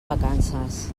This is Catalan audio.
vacances